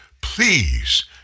please